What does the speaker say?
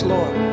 Lord